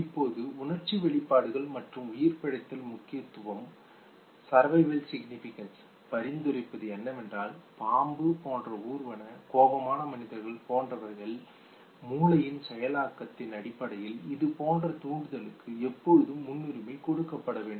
இப்போது உணர்ச்சி வெளிப்பாடுகள் மற்றும் உயிர் பிழைத்தல் முக்கியத்துவம் பரிந்துரைப்பது என்னவென்றால் பாம்பு போன்ற ஊர்வன கோபமான மனிதர்கள் போன்றவைகள் மூளையின் செயலாக்கத்தின் அடிப்படையில் இது போன்ற தூண்டுதல்களுக்கு எப்போதும் முன்னுரிமை கொடுக்கபட வேண்டும்